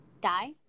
die